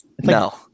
No